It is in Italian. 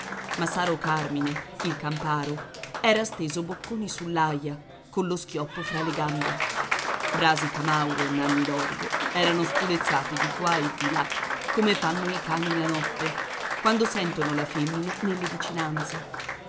massaro carmine il camparo era steso bocconi sull'aia collo schioppo fra le gambe brasi camauro e nanni l'orbo erano spulezzati di qua e di là come fanno i cani la notte quando sentono la femmina nelle vicinanze